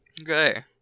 Okay